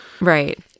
Right